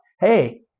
Hey